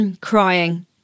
crying